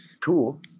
cool